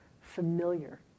familiar